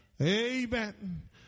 Amen